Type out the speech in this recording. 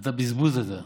אתה בזבוז, אתה.